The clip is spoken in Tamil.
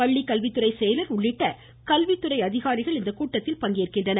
பள்ளி கல்வித்துறை செயலர் உள்ளிட்ட கல்வித்துறை அதிகாரிகள் இக்கூட்டத்தில் பங்கேற்கின்றனர்